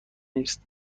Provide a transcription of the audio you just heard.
نیست